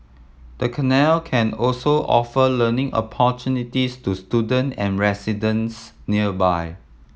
the canal can also offer learning opportunities to student and residents nearby